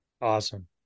Awesome